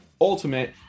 Ultimate